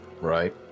Right